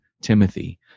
Timothy